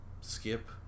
skip